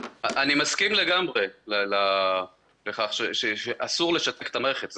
אני מסכים לגמרי לכך שאסור לשתק את המערכת.